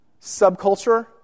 subculture